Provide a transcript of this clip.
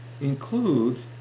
includes